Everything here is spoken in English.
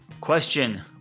Question